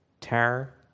terror